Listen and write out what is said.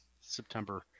September